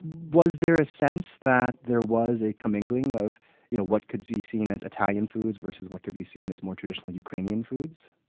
was there a sense that there was a comingling of you know what could be seen as italian foods versus what could be seen as more traditional ukrainian foods?